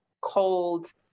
cold